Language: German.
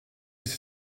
ist